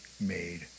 made